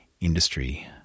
Industry